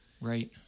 Right